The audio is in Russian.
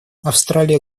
австралия